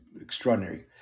extraordinary